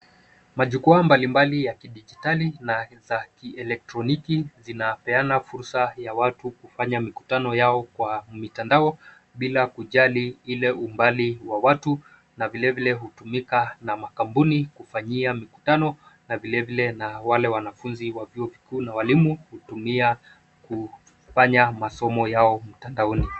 Majukwaa mbali mbali ya kidijitali na za kielektroniki zinapeana fursa ya watu kufanya mikutano yao kwa mitandao, bila kujali ile umbali wa watu na vilevile hutumika na makampuni kufanyia mikutano na vilevile na wale wanafunzi wa vyuo vikuu na walimu hutumia kufanya masomo yao mtandaoni.